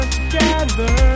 together